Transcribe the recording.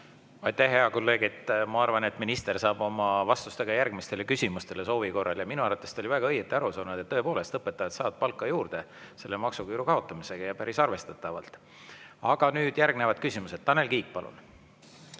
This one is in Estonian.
Aitäh, hea kolleeg! Ma arvan, et minister saab soovi korral [anda] oma vastuse järgmistele küsimustele vastates. Minu arvates ta oli väga õigesti aru saanud, et tõepoolest, õpetajad saavad palka juurde selle maksuküüru kaotamisega ja päris arvestatavalt. Aga nüüd järgmised küsimused. Tanel Kiik, palun!